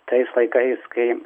tais laikais kai